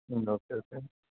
okay okay